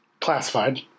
classified